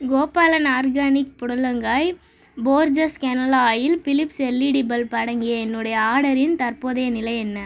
Gopalan organic புடலங்காய் Borges canola oil Philips LED bulb அடங்கிய என்னுடைய ஆர்டரின் தற்போதைய நிலை என்ன